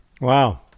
Wow